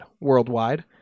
worldwide